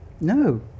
No